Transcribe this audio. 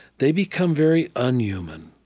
they become very unhuman